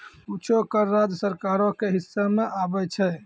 कुछो कर राज्य सरकारो के हिस्सा मे आबै छै